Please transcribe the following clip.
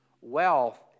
Wealth